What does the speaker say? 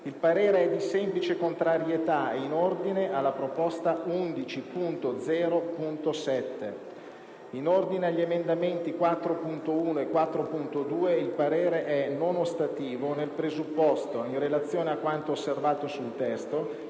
Il parere è di semplice contrarietà in ordine alla proposta 11.0.7. In ordine agli emendamenti 4.1 e 4.2, il parere è non ostativo nel presupposto, in relazione a quanto osservato sul testo,